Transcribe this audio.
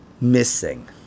missing